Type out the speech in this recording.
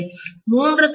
மூன்று கட்டங்களில்